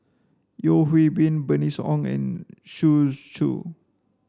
Yeo Hwee Bin Bernice Ong and Shu Xu